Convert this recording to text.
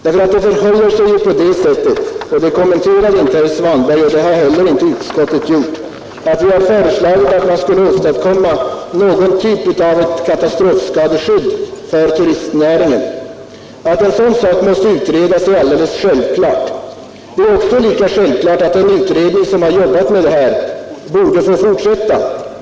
Det förhåller sig nämligen så — det kommenterade nu inte herr Svanberg, och det har heller inte utskottet gjort — att vi har föreslagit att man skall åstadkomma någon typ av katastrofskadeskydd för turistnäringen. Att en sådan fråga måste utredas är alldeles självklart. Lika självklart är att den utredning som har jobbat med turistfrågorna borde få fortsätta.